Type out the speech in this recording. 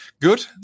Good